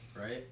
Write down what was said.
right